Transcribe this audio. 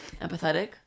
empathetic